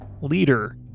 leader